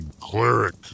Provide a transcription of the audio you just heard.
cleric